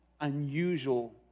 unusual